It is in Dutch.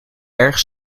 erg